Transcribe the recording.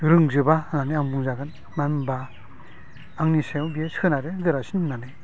रोंजोबा होननानै आं बुंजागोन मानो होमब्ला आंनि सायाव बेयो सोनारो गोरासिन होननानै